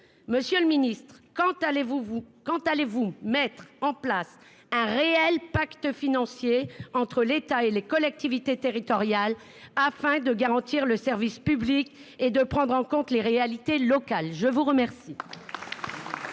Monsieur le ministre, quand allez-vous mettre en place un réel pacte financier entre l'État et les collectivités territoriales, afin de garantir le service public et de prendre en compte les réalités locales ? La parole